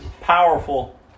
powerful